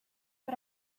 but